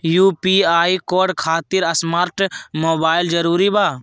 UPI code खातिर smart mobile जरूरी बा?